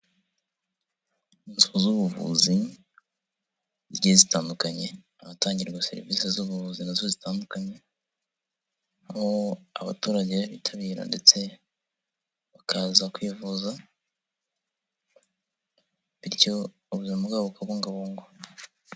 Inzu z'ubuvuzi zigiye zitandukanye, ahatangirwa serivisi z'ubuvuzi nazo zitandukanye abaturage bitabira ndetse bakaza kwivuza, bityo ubuzima bwabo bukangabungwabungwa.